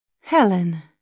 Helen